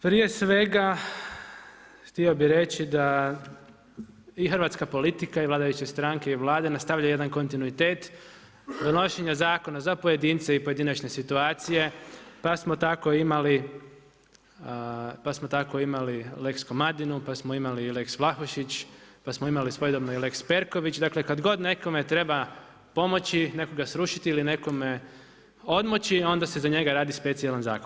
Prije svega htio bi reći da i hrvatska politika i vladajuće stranke i Vlade nastavljaju jedan kontinuitet donošenja zakona za pojedince i pojedinačne situacije pa smo tako imali lex Komadinu, pa smo imali i lex Vlahušić, pa smo imali i svojedobno lx Perković, dakle kad god nekome treba pomoći, nekoga srušiti ili nekome odmoći onda se za njega radi specijalan zakon.